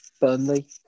Burnley